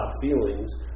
feelings